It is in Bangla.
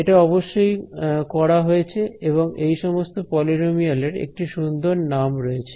এটা অবশ্যই করা হয়েছে এবং এই সমস্ত পলিনোমিয়াল এর একটি সুন্দর নাম রয়েছে